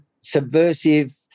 subversive